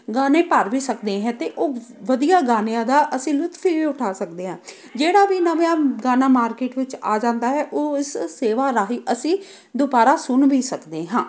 ਗਾਣੇ ਭਰ ਵੀ ਸਕਦੇ ਹੈ ਅਤੇ ਉਹ ਵਧੀਆ ਗਾਣਿਆਂ ਦਾ ਅਸੀਂ ਲੁੱਤਫ਼ ਵੀ ਉਠਾ ਸਕਦੇ ਹਾਂ ਜਿਹੜਾ ਵੀ ਨਵਿਆ ਗਾਣਾ ਮਾਰਕੀਟ ਵਿੱਚ ਆ ਜਾਂਦਾ ਹੈ ਉਹ ਇਸ ਸੇਵਾ ਰਾਹੀਂ ਅਸੀਂ ਦੁਬਾਰਾ ਸੁਣ ਵੀ ਸਕਦੇ ਹਾਂ